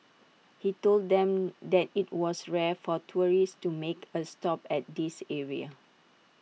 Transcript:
he told them that IT was rare for tourists to make A stop at this area